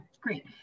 great